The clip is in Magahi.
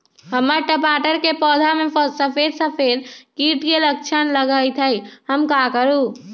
हमर टमाटर के पौधा में सफेद सफेद कीट के लक्षण लगई थई हम का करू?